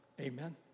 Amen